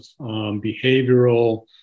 behavioral